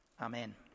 amen